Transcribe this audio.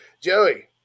Joey